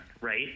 right